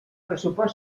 pressupost